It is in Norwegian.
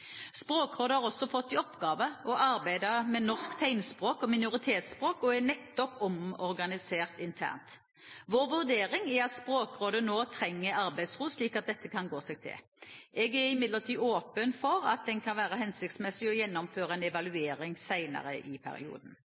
Språkrådet har også fått i oppgave å arbeide med norsk tegnspråk og minoritetsspråk, og er nettopp omorganisert internt. Vår vurdering er at Språkrådet nå trenger arbeidsro slik at dette kan gå seg til. Jeg er imidlertid åpen for at det kan være hensiktsmessig å gjennomføre en evaluering senere i perioden.